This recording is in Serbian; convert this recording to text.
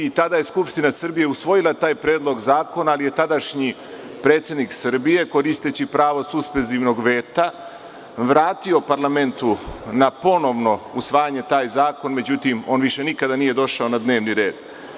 Tada je Skupština Srbije usvojila taj predlog zakona ali je tadašnji predsednik Srbije koristeći pravo suspenzivnog veta vratio parlamentu na ponovno usvajanje taj zakon, međutim on više nikada nije došao na dnevni red.